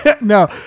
No